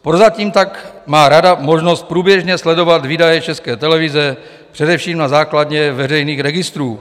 Prozatím tak má Rada možnost průběžně sledovat výdaje České televize, především na základě veřejných registrů.